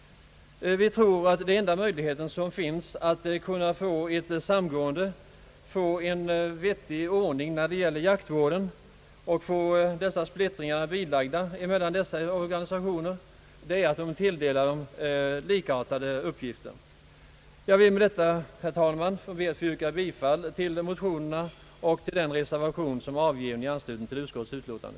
Vi tror att enda möjligheten att få ett samgående, en vettig ordning när det gäller jaktvården och rådande splittring bilagd är att man tilldelar dessa organisationer likartade uppgifter. Jag ber, herr talman, att med dessa ord få yrka bifall till motionerna och till den reservation som är avgiven i anslutning till utskottets utlåtande.